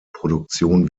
produktion